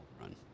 run